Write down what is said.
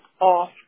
off